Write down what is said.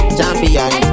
Champion